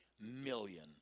million